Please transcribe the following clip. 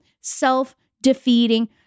self-defeating